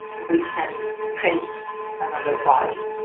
we can print another body.